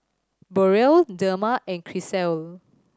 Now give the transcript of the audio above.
Burrell Dema and Grisel